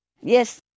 Yes